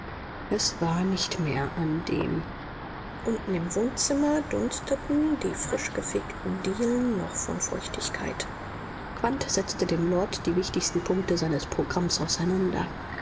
es war nicht mehr an dem unten im wohnzimmer dunsteten die frischgefegten dielen noch von feuchtigkeit quandt setzte dem lord die wichtigsten punkte seines programms auseinander